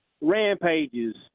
rampages